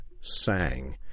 sang